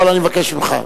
אבל אני מבקש ממך.